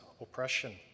oppression